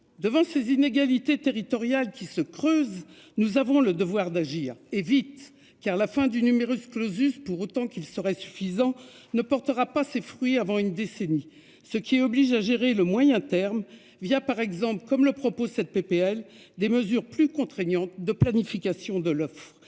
Devant ces inégalités territoriales qui se creuse. Nous avons le devoir d'agir et vite car la fin du numerus clausus pour autant qu'il serait suffisant ne portera pas ses fruits avant une décennie ce qui oblige à gérer le moyen terme, via par exemple comme le propose cette PPL des mesures plus contraignantes de planification de l'offre.